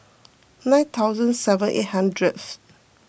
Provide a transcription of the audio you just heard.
nine thousand seven eight hundreds